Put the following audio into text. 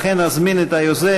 לכן נזמין את היוזם,